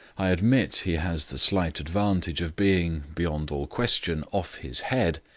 i admit he has the slight disadvantage of being, beyond all question, off his head.